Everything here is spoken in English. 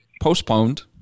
postponed